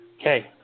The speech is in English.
Okay